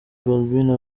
balbine